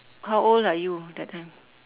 how old are you that time